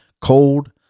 cold